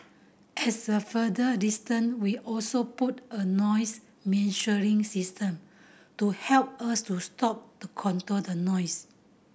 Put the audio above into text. as a further distant we also put a noise measuring system to help us to stop the control the noise